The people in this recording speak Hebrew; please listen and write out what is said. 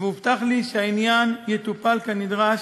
והובטח לי שהעניין יטופל כנדרש,